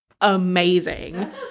amazing